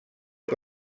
que